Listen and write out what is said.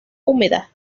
húmeda